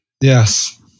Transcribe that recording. Yes